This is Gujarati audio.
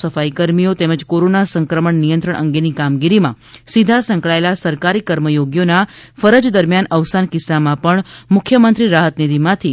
સફાઇ કર્મીઓ તેમજ કોરોના સંક્રમણ નિયંત્રણ અંગેની કામગીરીમાં સીધા સંકળાયેલા સરકારી કર્મયોગીઓના ફરજ દરમ્યાન અવસાન કિસ્સામાં પણ મુખ્યમંત્રી રાહતનિધીમાંથી રૂ